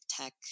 tech